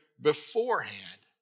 beforehand